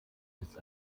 ist